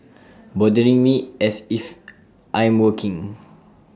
bothering me as if I'm working